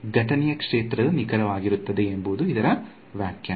ಘಟನೆಯ ಕ್ಷೇತ್ರವು ನಿಖರವಾಗಿರುತ್ತದೆ ಎಂಬುದು ಇದರ ವ್ಯಾಖ್ಯಾನ